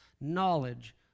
knowledge